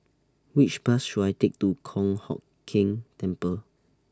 Which Bus should I Take to Kong Hock Keng Temple